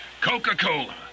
Coca-Cola